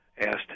asked